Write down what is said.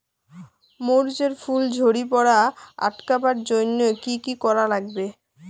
মরিচ এর ফুল ঝড়ি পড়া আটকাবার জইন্যে কি কি করা লাগবে?